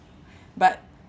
but